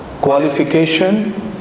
qualification